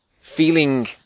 feeling